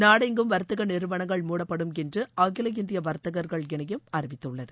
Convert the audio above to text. நாடெங்கும் வர்த்தக நிறுவனங்கள் முடப்படும் என்று அகில இந்திய வர்த்தகர்கள் இணையம் அறிவித்துள்ளது